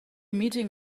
meeting